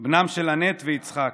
בנם של אנט ויצחק.